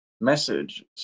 message